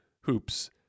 hoops